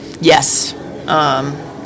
Yes